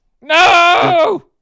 No